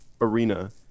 arena